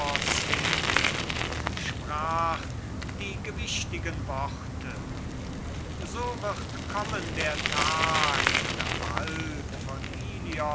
und sprach die gewichtigen worte so wird kommen der tag da bald von